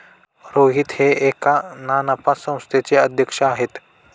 रोहित हे एका ना नफा संस्थेचे अध्यक्ष आहेत